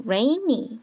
Rainy